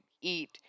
eat